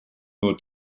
nur